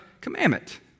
commandment